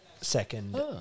second